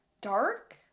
dark